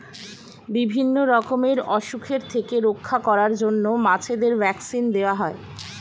বিভিন্ন রকমের অসুখের থেকে রক্ষা করার জন্য মাছেদের ভ্যাক্সিন দেওয়া হয়